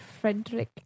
Frederick